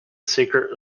secret